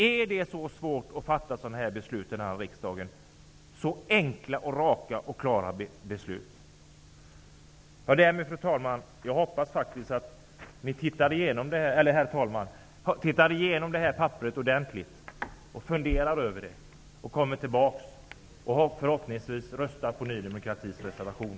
Är det så svårt att fatta sådana här enkla, raka och klara beslut i den här riksdagen? Herr talman! Därmed hoppas jag ni tittar igenom det här papperet ordentligt, funderar över det som där står och kommer tillbaka och förhoppningsvis röstar på Ny demokratis reservation.